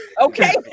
Okay